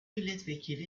milletvekili